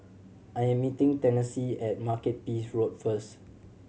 I am meeting Tennessee at Makepeace Road first